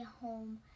home